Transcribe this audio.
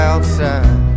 Outside